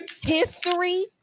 history